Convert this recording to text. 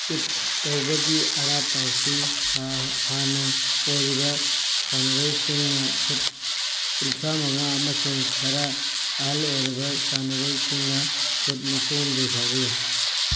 pitch ꯇꯧꯕꯒꯤ ꯑꯔꯥꯞꯄ ꯑꯁꯤ ꯍꯥꯟꯅ ꯑꯣꯏꯔꯤꯕ ꯁꯥꯟꯅꯔꯣꯏꯁꯤꯡꯅ ꯐꯨꯠ ꯀꯨꯟꯊ꯭ꯔꯥ ꯃꯉꯥ ꯑꯃꯁꯨꯡ ꯈꯔ ꯑꯍꯜ ꯑꯣꯏꯔꯕ ꯁꯟꯅꯥꯔꯣꯏꯁꯤꯡꯅ ꯐꯨꯠ ꯅꯤꯐꯨ ꯍꯨꯝꯗꯣꯏ ꯐꯥꯎꯕ ꯌꯥꯏ